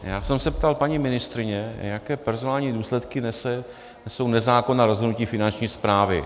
Já jsem se ptal paní ministryně, jaké personální důsledky nesou nezákonná rozhodnutí Finanční správy.